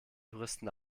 touristen